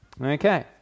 Okay